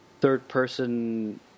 third-person